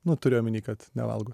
nu turiu omeny kad nevalgo